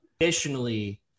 Additionally